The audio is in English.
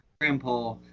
grandpa